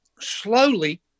slowly